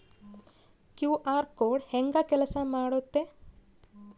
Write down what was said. QR code ಹೆಂಗ ಕೆಲಸ ಮಾಡುತ್ತೆ?